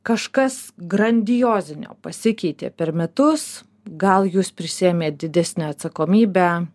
kažkas grandiozinio pasikeitė per metus gal jūs prisiėmėt didesnę atsakomybę